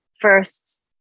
first